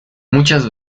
muchas